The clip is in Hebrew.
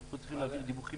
וחוץ מלתת דיווחים